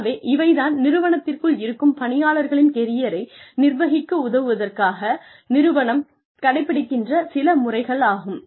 ஆகவே இவை தான் நிறுவனத்திற்குள் இருக்கும் பணியாளர்களின் கெரியரை நிர்வகிக்க உதவுவதற்காக நிறுவனம் கடைப்பிடிக்கின்ற சில முறைகளாகும்